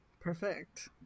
Perfect